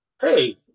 hey